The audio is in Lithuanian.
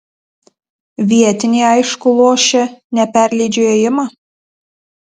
vietiniai aišku lošia ne perleidžiu ėjimą